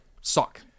suck